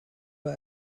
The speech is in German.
war